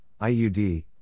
IUD